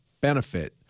benefit